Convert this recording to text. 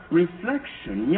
reflection